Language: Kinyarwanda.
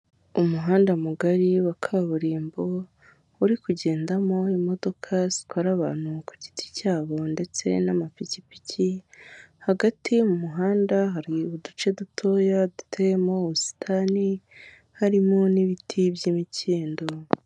Umuhanda mugari wa kaburimbo uri kugendamo imodoka zitwara abantu ku giti cyabo ndetse n'amapikipiki hagati mu muhanda hari uduce dutoya duteyemo ubusitani harimo n'ibiti by'imikindo.